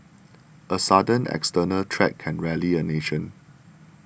a sudden external threat can rally a nation